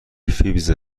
فیبز